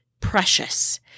precious